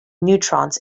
neutrons